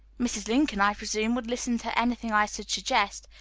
mrs. lincoln, i presume, would listen to anything i should suggest,